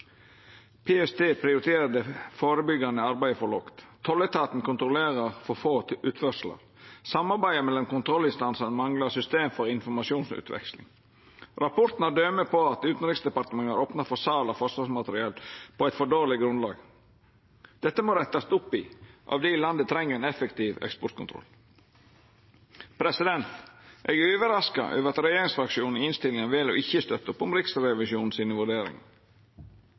PST prioriterer det førebyggjande arbeidet for lågt. Tolletaten kontrollerer for få utførslar. Samarbeidet mellom kontrollinstansane manglar system for informasjonsutveksling. Rapporten har døme på at Utanriksdepartementet har opna for sal av forsvarsmateriell på eit for dårleg grunnlag. Dette må rettast opp i av di landet treng ein effektiv eksportkontroll. Eg er overraska over at regjeringsfraksjonen i innstillinga vel å ikkje støtta opp om Riksrevisjonens vurderingar.